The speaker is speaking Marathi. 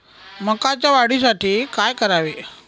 मकाच्या वाढीसाठी काय करावे?